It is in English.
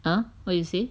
!huh! what you say